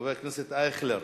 חבר הכנסת אייכלר?